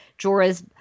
Jorah's